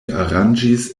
aranĝis